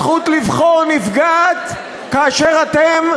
הזכות לבחור נפגעת כאשר אתם,